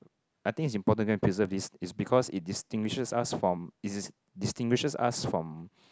I think is important to go preserve this is because it distinguishes us from it distinguishes us from